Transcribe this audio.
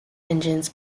engines